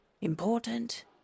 important